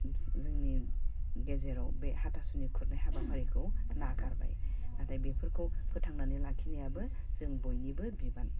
जोंनि गेजेराव बे हाथासुनि खुरनाय हाबाफारिखौ नागारबाय नाथाय बेफोरखौ फोथांनानै लाखिनायाबो जों बयनिबो बिबान